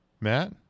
Matt